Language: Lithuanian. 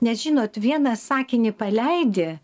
nes žinot vieną sakinį paleidi